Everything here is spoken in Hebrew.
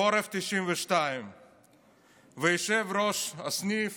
חורף 1992. ויושב-ראש הסניף